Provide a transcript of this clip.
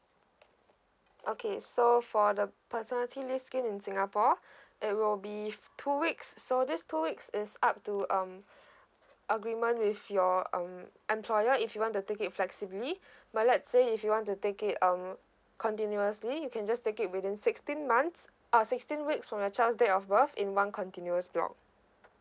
okay so for the paternity leave scheme in singapore it will be two weeks so these two weeks is up to um agreement with your um employer if you want to take it flexibly but let's say you want to take it um continuously you can just take it within sixteen months ah sixteen weeks from your child's date of birth in one continuous block